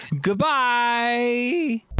goodbye